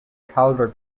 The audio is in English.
calder